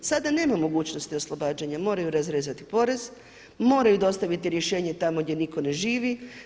Sada nema mogućnosti oslobađanja, moraju razrezati porez, moraju dostaviti rješenje tamo gdje nitko ne živi.